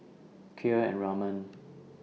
Kheer and Ramen